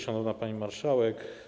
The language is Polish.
Szanowna Pani Marszałek!